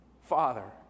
Father